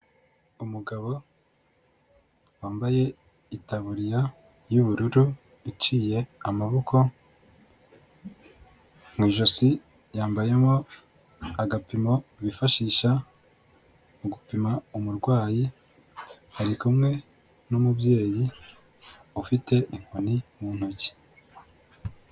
Umugabo wambaye itaburiya y'ubururu iciye amaboko, mu ijosi yambayemo agapimo bifashisha mu gupima umurwayi ari kumwe n'umubyeyi ufite inkoni mu ntoki.